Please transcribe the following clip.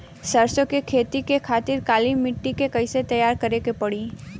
सरसो के खेती के खातिर काली माटी के कैसे तैयार करे के पड़ी?